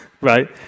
right